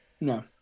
No